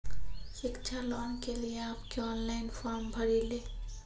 शिक्षा लोन के लिए आप के ऑनलाइन फॉर्म भरी ले?